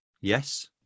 Yes